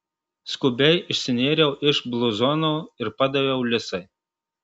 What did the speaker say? skubiai išsinėriau iš bluzono ir padaviau lisai